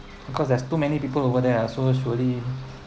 because there's too many people over there ah so surely